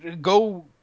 go –